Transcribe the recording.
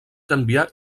canviar